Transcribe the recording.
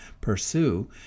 pursue